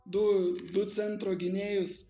du du centro gynėjus